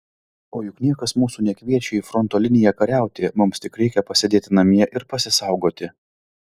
o juk niekas mūsų nekviečia į fronto liniją kariauti mums tik reikia pasėdėti namie ir pasisaugoti